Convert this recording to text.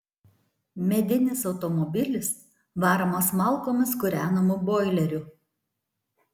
medinis automobilis varomas malkomis kūrenamu boileriu